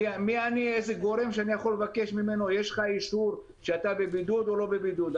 מי אני שאני יכול לבקש ממנו אישור שהוא בבידוד או לא בבידוד?